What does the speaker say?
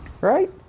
right